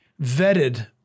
vetted